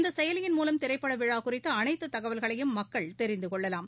இந்த செயலியின் மூவம் திரைப்பட விழா குறித்த அளைத்து தகவல்களையும் மக்கள் தெரிந்து கொள்ளலாம்